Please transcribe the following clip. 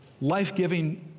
life-giving